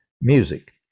music